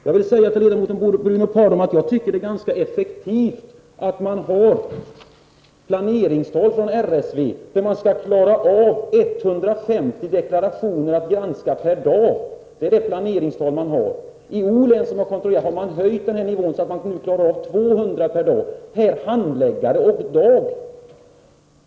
Jag vill säga till ledamoten Bruno Poromaa att jag tycker att det är ganska effektivt att RSV har som planeringstal att varje handläggare skall klara av att granska 150 deklarationer per dag. I O-län har man höjt nivån så att man klarar av 200 deklarationer per handläggare och dag.